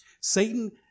Satan